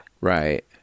Right